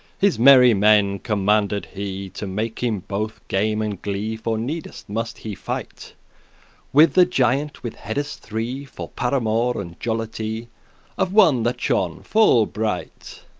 his merry men commanded he to make him both game and glee for needes must he fight with a giant with heades three, for paramour and jollity of one that shone full bright.